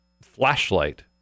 flashlight